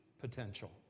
potential